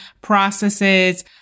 processes